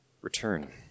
return